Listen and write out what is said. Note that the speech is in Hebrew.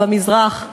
במזרח,